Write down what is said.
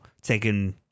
taking